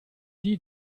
die